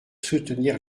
soutenir